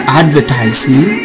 advertising